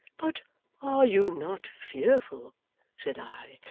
but are you not fearful said i,